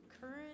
current